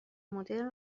مدرن